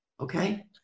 Okay